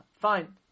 Fine